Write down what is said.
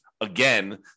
again